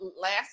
last